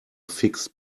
fixed